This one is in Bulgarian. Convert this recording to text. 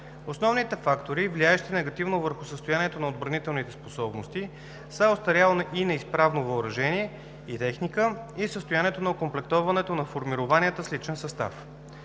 Основните фактори, влияещи негативно върху състоянието на отбранителните способности, са остаряло и неизправно въоръжение и техника и състоянието на окомплектоването на формированията с личен състав.